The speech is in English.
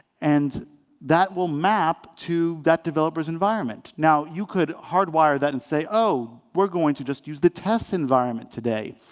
and that will map to that developer's environment. now, you could hardwire that and say, oh, we're going to just use the test environment today.